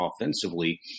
offensively